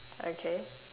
okay